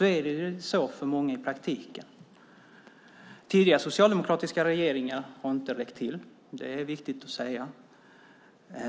är det ändå så för många i praktiken. Tidigare socialdemokratiska regeringar har inte räckt till; det är viktigt att säga.